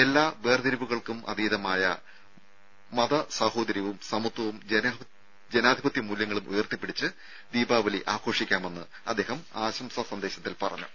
എല്ലാ വേർതിരിവുകൾക്കും അതീതമായ മത സാഹോദര്യവും സമത്വവും ജനാധിപത്യമൂല്യങ്ങളും ഉയർത്തിപ്പിടിച്ച് ദീപാവലി ആഘോഷിക്കാമെന്ന് അദ്ദേഹം ആശംസാ സന്ദേശത്തിൽ പറഞ്ഞു